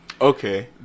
Okay